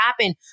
happen